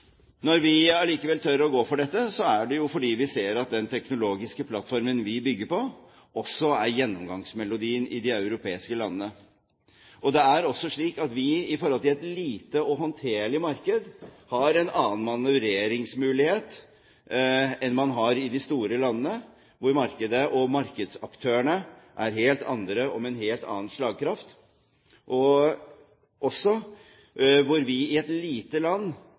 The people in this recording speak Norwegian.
Når vi allikevel tør gå for dette, er det fordi vi ser at den teknologiske plattformen vi bygger på, også er gjennomgangsmelodien i de europeiske landene. Det er også slik at vi i et lite og håndterlig marked har en annen manøvreringsmulighet enn det man har i de store landene, der markedet og markedsaktørene er helt andre og med en helt annen slagkraft. Vi i et lite land